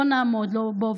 בואו נעמוד בו,